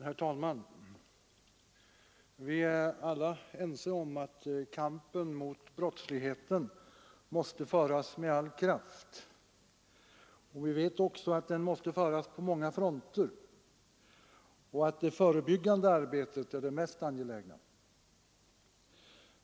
Herr talman! Vi är alla ense om att kampen mot brottsligheten måste brottsförebyggande föras med all kraft. Vi vet också att den måste föras på många fronter råd, m.m. och att det förebyggande arbetet är det mest angelägna.